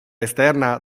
esterna